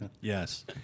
Yes